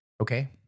Okay